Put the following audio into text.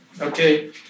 Okay